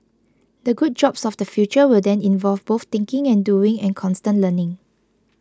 the good jobs of the future will then involve both thinking and doing and constant learning